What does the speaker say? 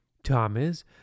Thomas